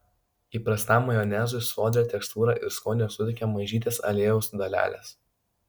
įprastam majonezui sodrią tekstūrą ir skonį suteikia mažytės aliejaus dalelės